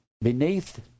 beneath